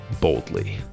boldly